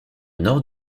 nord